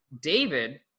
David